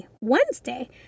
Wednesday